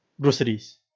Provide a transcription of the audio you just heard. groceries